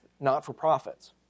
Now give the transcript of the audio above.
not-for-profits